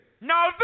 Now